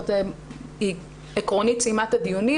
היא עקרונית סיימה את הדיונים